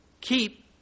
Keep